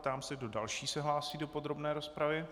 Táži se, kdo další se hlásí do podrobné rozpravy.